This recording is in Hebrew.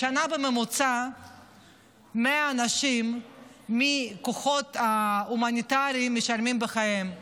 בשנה בממוצע 100 אנשים מהכוחות ההומניטריים משלמים בחייהם,